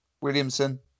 Williamson